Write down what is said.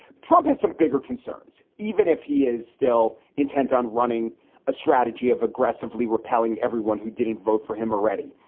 trump has some bigger concerns, even if he is still intent on running a strategy of aggressively repelling everyone who didn't vote for him already,